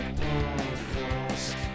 podcast